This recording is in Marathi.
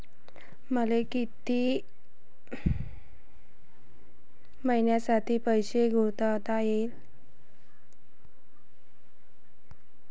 मले कितीक मईन्यासाठी पैसे गुंतवता येईन?